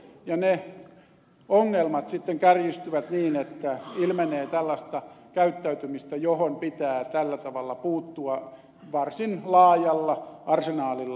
ja ne ongelmat sitten kärjistyvät niin että ilmenee tällaista käyttäytymistä johon pitää tällä tavalla puuttua varsin laajalla arsenaalilla